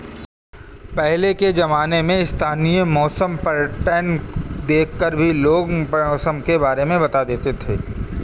पहले के ज़माने में स्थानीय मौसम पैटर्न देख कर भी लोग मौसम के बारे में बता देते थे